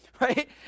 right